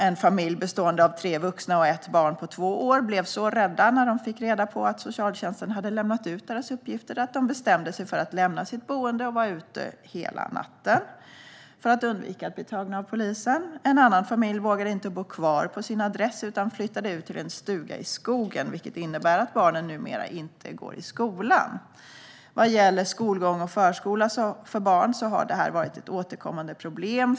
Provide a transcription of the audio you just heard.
En familj bestående av tre vuxna och ett barn på två år blev så rädda när de fick reda på att socialtjänsten hade lämnat ut deras uppgifter att de bestämde sig för att lämna sitt boende och var ute hela natten för att undvika att bli tagna av polisen. En annan familj vågade inte bo kvar på sin adress utan flyttade ut till en stuga i skogen, vilket innebär att barnen numera inte går i skolan. Vad gäller skolgång och förskola för barn har detta varit ett återkommande problem.